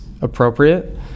appropriate